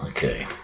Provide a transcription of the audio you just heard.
okay